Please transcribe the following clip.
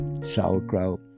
Sauerkraut